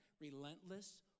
relentless